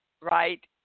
right